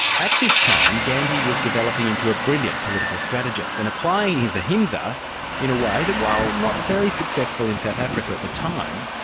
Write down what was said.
at this time, gandhi was developing into a brilliant political strategist, and applying his ahimsaa in a way that while not very successful in south africa at the time,